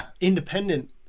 independent